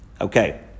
okay